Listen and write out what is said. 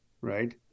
right